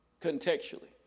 contextually